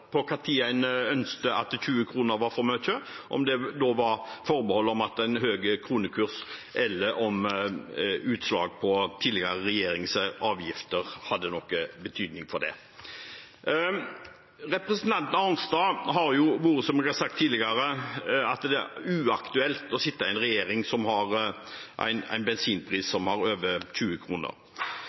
høy kronekurs eller utslag på tidligere regjeringers avgifter hadde noen betydning for det. Representanten Arnstad har, som jeg har nevnt tidligere, sagt at det er uaktuelt å sitte i en regjering som har en bensinpris på over 20